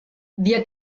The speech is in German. wir